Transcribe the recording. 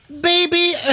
Baby